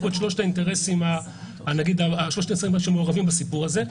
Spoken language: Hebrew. יש פה את שלושת האינטרסים שמעורבים בסיפור הזה,